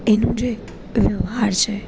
એનો જે વ્યવહાર છે